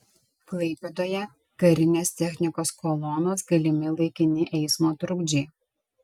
klaipėdoje karinės technikos kolonos galimi laikini eismo trukdžiai